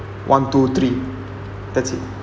one two three that's it